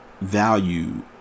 value